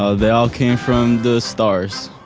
ah they all came from the stars.